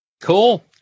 Cool